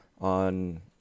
on